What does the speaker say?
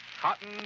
Cotton